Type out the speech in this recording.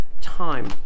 time